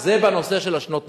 זה בנושא של שנות הנישואים.